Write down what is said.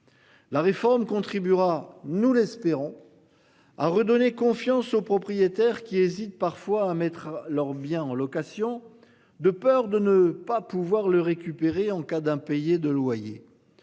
La réforme contribuera, nous l'espérons. A redonner confiance aux propriétaires qui hésitent parfois à mettre leurs biens en location, de peur de ne pas pouvoir le récupérer en cas d'impayés de loyers